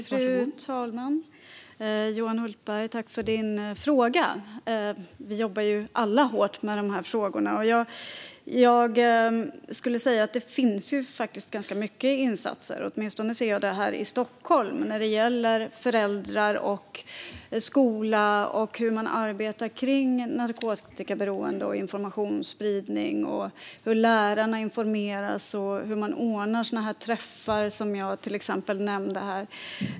Fru talman! Tack, Johan Hultberg, för frågan! Vi jobbar ju alla hårt med de här frågorna. Jag skulle säga att det görs ganska många insatser, åtminstone här i Stockholm, när det gäller föräldrar, skola och hur man arbetar kring narkotikaberoende och informationsspridning, hur lärarna informeras och hur man ordnar sådana träffar som jag nämnde här.